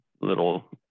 little